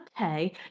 Okay